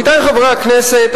עמיתי חברי הכנסת,